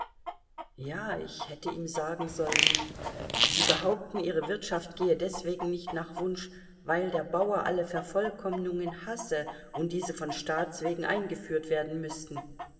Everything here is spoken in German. ja ich hätte ihm sagen sollen sie behaupten ihre wirtschaft gehe deswegen nicht nach wunsch weil der bauer alle vervollkommnungen hasse und diese von staats wegen eingeführt werden müßten